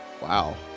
Wow